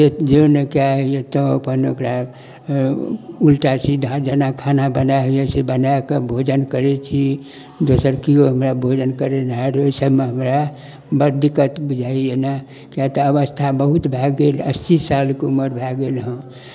जि जीर्णकाय एहि लेल तऽ अपन ओकरा उल्टा सीधा जेना खाना बनाए होइए से बनाए कऽ भोजन करै छी दोसर किओ हमरा भोजन करेनिहारि ओहि सभमे हमरा बड दिक्कत बुझाइए ने किएक तऽ अवस्था बहुत भए गेल अस्सी सालके उमर भए गेल हेँ